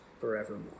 forevermore